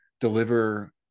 deliver